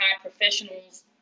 professionals